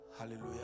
Hallelujah